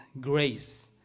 grace